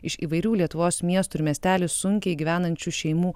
iš įvairių lietuvos miestų ir miestelių sunkiai gyvenančių šeimų